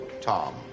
Tom